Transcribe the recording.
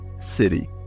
City